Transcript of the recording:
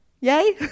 Yay